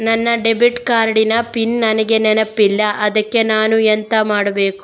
ನನ್ನ debit card ನ PIN ನನಗೆ ನೆನಪಿಲ್ಲ ಅದ್ಕೆ ನಾನು ಎಂತ ಮಾಡಬೇಕು?